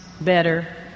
better